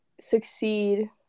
succeed